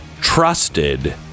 trusted